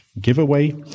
giveaway